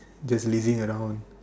just lazing around